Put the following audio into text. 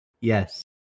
Yes